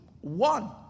One